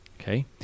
Okay